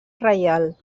reial